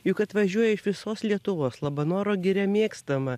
juk atvažiuoja iš visos lietuvos labanoro giria mėgstama